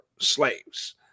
slaves